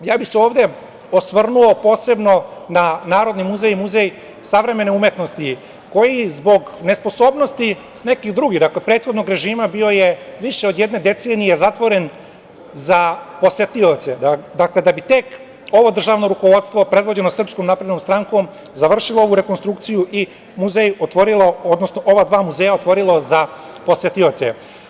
Ovde bih se osvrnuo posebno na Narodni muzej, Muzej savremene umetnosti, koji zbog nesposobnosti nekih drugih, prethodnog režima, bio je više od jedne decenije zatvoren za posetioce, da bi tek ovo državno rukovodstvo, predvođeno SNS, završilo ovu rekonstrukciju i muzej otvorilo, odnosno ova dva muzeja otvorilo za posetioce.